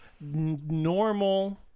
normal